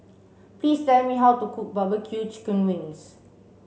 please tell me how to cook barbecue chicken wings